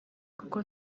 kuko